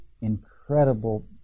incredible